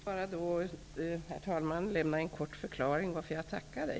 Herr talman! Jag vill då lämna en kort förklaring till att jag tackade.